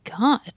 God